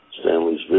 Stanley's